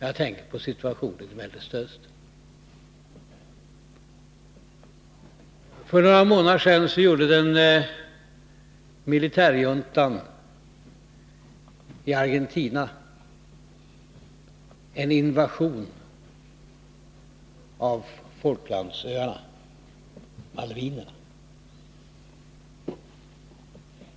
Jag tänker på situationen i Mellersta Östern. Jag tänker också på att militärjuntan i Argentina för några månader sedan gjorde en invasion på Falklandsöarna eller Malvinerna.